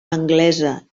anglesa